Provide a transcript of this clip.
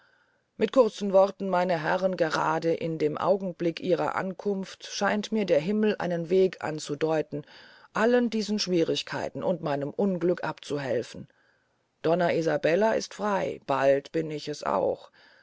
mit kurzen worten meine herren grade in dem augenblick ihrer ankunft scheint mir der himmel einen weg anzudeuten allen diesen schwierigkeiten und meinem unglück abzuhelfen donna isabella ist frey bald bin ich es auch